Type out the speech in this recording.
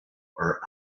are